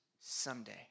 someday